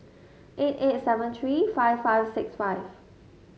eight eight seven three five five six five